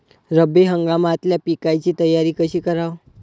रब्बी हंगामातल्या पिकाइची तयारी कशी कराव?